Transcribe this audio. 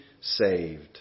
saved